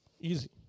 Easy